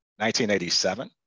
1987